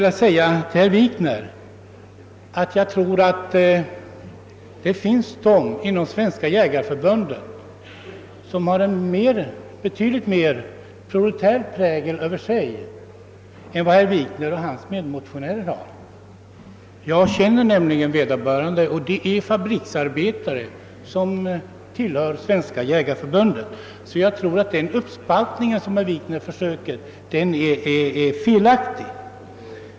Jag tror att det finns medlemmar i Svenska jägareförbundet som har betydligt mer proletär prägel än vad herr Wikner och hans medmo:«- tionärer har. Jag känner nämligen en del fabriksarbetare som tillhör Svenska jägareförbundet. Den uppspaltning som herr Wikner försökte göra tror jag därför är felaktig.